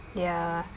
ya